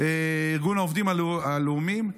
ארגון העובדים הלאומיים.